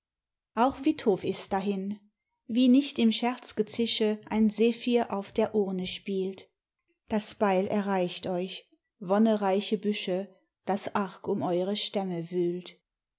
auch withof ist dahin wie nicht im scherzgezische ein zephyr auf der urne spielt das beil erreicht euch wonnereiche büsche das arg um eure stämme wühlt